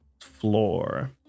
floor